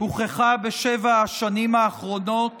הוכחה בשבע השנים האחרונות